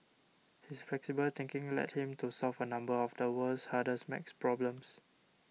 his flexible thinking led him to solve a number of the world's hardest math problems